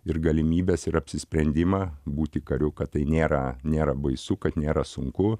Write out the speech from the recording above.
ir galimybes ir apsisprendimą būti kariu kad tai nėra nėra baisu kad nėra sunku